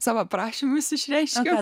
savo prašymais išreiškiu